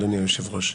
אדוני היושב-ראש.